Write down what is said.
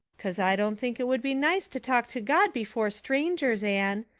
cause i don't think it would be nice to talk to god before strangers, anne.